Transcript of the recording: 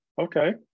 Okay